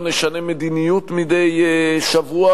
לא נשנה מדיניות מדי שבוע,